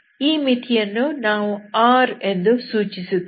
ಈ ಮಿತಿಯನ್ನು ನಾವು R ಎಂದು ಸೂಚಿಸುತ್ತೇವೆ